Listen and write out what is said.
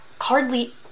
hardly